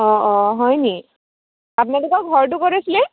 অঁ অঁ হয়নি আপোনালোকৰ ঘৰটো ক'ত আছিলে